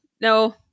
No